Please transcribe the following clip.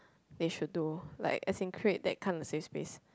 they should do like as in create that kinda safe space